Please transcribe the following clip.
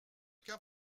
qu’un